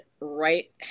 right